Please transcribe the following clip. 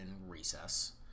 Recess